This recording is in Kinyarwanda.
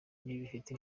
bifite